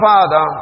Father